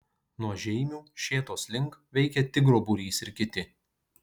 nuo žeimių šėtos link veikė tigro būrys ir kiti